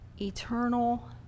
eternal